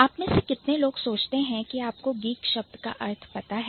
आप में से कितने लोग सोचते हैं कि आपको Geekशब्द का अर्थ पता है